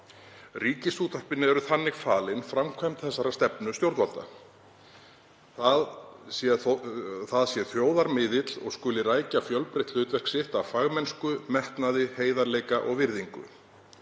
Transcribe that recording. Ríkisútvarpinu er þannig falin framkvæmd þessarar stefnu stjórnvalda. Það sé þjóðarmiðill og skuli rækja fjölbreytt hlutverk sitt af fagmennsku, metnaði, heiðarleika og virðingu.